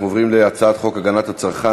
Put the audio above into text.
אנחנו עוברים להצעת חוק הגנת הצרכן